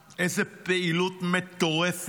איזו פעילות מטורפת,